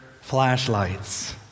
flashlights